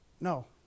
No